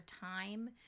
time